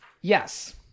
Yes